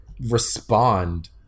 respond